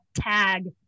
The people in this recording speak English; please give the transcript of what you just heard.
tag